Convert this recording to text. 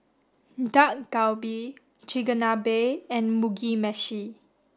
Dak Galbi Chigenabe and Mugi Meshi